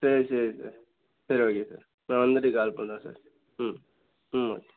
சரி சரி சார் சரி ஓகே சார் நான் வந்துவிட்டு கால் பண்ணுறேன் சார் ம் ம் ஓகே